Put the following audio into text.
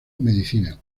medicina